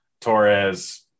Torres